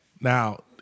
Now